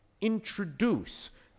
introduce